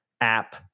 app